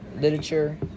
Literature